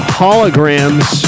holograms